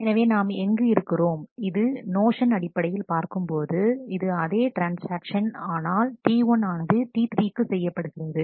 எனவே நாம் எங்கு இருக்கிறோம் இது நோஷன் அடிப்படையில் பார்க்கும்போது இது அதே ட்ரான்ஸ்ஆக்ஷன் ஆனால் T1 ஆனது T3 க்கு செய்யப்படுகிறது